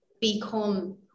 become